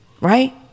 Right